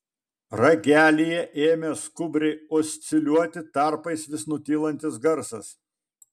ragelyje ėmė skubriai osciliuoti tarpais vis nutylantis garsas